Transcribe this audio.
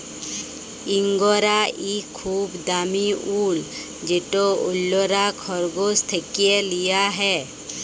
ইঙ্গরা ইক খুব দামি উল যেট অল্যরা খরগোশ থ্যাকে লিয়া হ্যয়